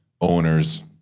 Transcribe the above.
owners